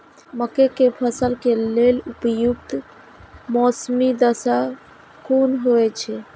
मके के फसल के लेल उपयुक्त मौसमी दशा कुन होए छै?